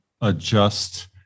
adjust